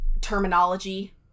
terminology